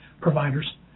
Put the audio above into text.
providers